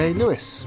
lewis